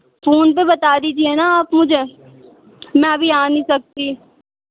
phone پہ بتا دیجئے نا آپ مجھے میں ابھی آ نہیں سکتی